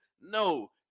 no